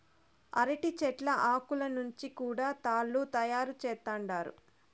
అరటి చెట్ల ఆకులను నుంచి కూడా తాళ్ళు తయారు చేత్తండారు